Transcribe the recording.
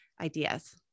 ideas